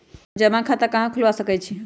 हम जमा खाता कहां खुलवा सकई छी?